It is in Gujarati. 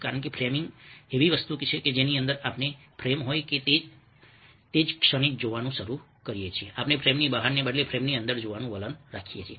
કારણ કે ફ્રેમિંગ એવી વસ્તુ છે કે જેની અંદર આપણે ફ્રેમ હોય તે જ ક્ષણે જોવાનું શરૂ કરીએ છીએ આપણે ફ્રેમની બહારને બદલે ફ્રેમની અંદર જોવાનું વલણ રાખીએ છીએ